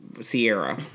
Sierra